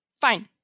fine